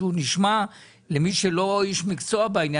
שהוא נשמע למי שלא איש מקצוע בעניין,